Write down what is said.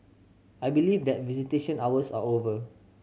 I believe that visitation hours are over